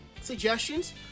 Suggestions